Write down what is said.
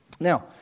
Now